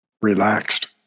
relaxed